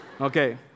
Okay